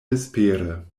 vespere